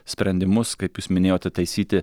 sprendimus kaip jūs minėjote taisyti